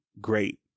great